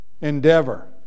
endeavor